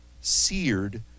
seared